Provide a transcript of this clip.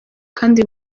kandi